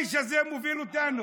לאן האיש הזה מוביל אותנו?